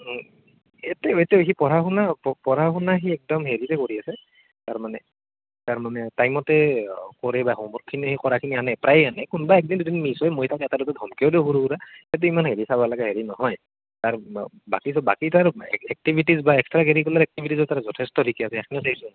এইটো সেইটোৱে পঢ়া শুনা পঢ়া শুনা সি একদম হেৰিয়ে কৰি আছে মানে তাৰ মানে তাৰ মানে টাইমতে পঢ়ে বা হমৱৰ্কখিনি সি কৰাখিনি আনে প্ৰায়ে আনে কোনোবা এক দুইদিন মিচ হয় মই তাক এটা দুটা ধমকিও দিওঁ সৰু সুৰা সেইটো সিমান চাবালগীয়া হেৰি নহয় বাকী তাৰ বাকী তাৰ এক একটিভিটিজ বা এক্সট্ৰা কেৰিকুলাৰ একটিভিটিজ যথেষ্ট ঠিকে আছে